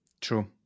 true